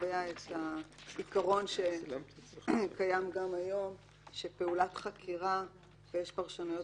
קובע את העיקרון שכתוצאה מפעולת חקירה ויש פרשנויות